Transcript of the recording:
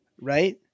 right